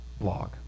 blog